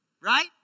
Right